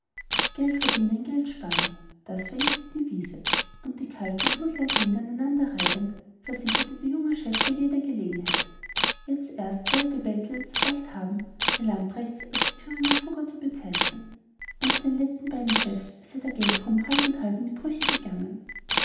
geld verdienen geld sparen das war jetzt die devise und die kalten blutleeren hände aneinanderreibend versicherte der junge chef bei jeder gelegenheit jetzt erst solle die welt wieder das recht haben die lamprechts als die thüringer fugger zu bezeichnen unter den letzten beiden chefs sei der geldruhm halb und halb in die brüche gegangen